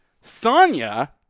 Sonya